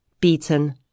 beaten